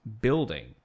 building